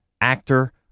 actor